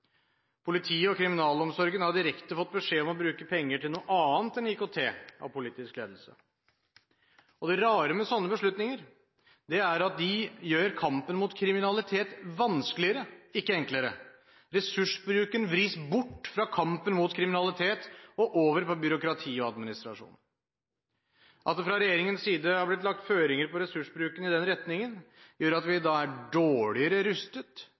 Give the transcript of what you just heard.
og kriminalomsorgen har jo direkte av politisk ledelse fått beskjed om å bruke penger til noe annet enn IKT, og det rare med slike beslutninger er at de gjør kampen mot kriminalitet vanskeligere – ikke enklere. Ressursbruken vris bort fra kampen mot kriminalitet og over på byråkrati og administrasjon. At det fra regjeringens side har blitt lagt føringer på ressursbruken i den retningen, gjør at vi da er dårligere rustet